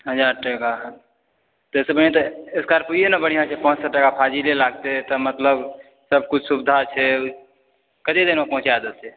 हजार टाका ओहिसँ बढ़िआँ तऽ स्कॉर्पियो ने बढ़िआँ छै पाँच सए टाका फाजिले लागतै तऽ मतलब सब किछु सुविधा छै कते देरमे पहुँचा देतै